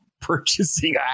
purchasing